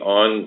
on